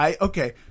Okay